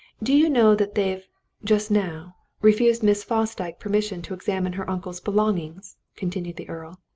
do you know that they've just now refused miss fosdyke permission to examine her uncle's belongings? continued the earl.